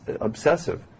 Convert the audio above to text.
obsessive